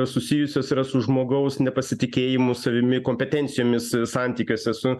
susijusios yra su žmogaus nepasitikėjimu savimi kompetencijomis santykiuose su